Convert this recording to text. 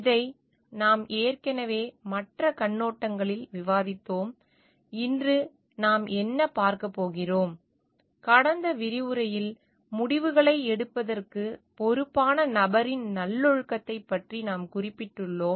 இதை நாம் ஏற்கனவே மற்ற கண்ணோட்டங்களில் விவாதித்தோம் இன்று நாம் என்ன பார்க்கப் போகிறோம் கடந்த விரிவுரையில் முடிவுகளை எடுப்பதற்கு பொறுப்பான நபரின் நல்லொழுக்கத்தைப் பற்றி நாம் குறிப்பிட்டுள்ளோம்